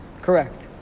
Correct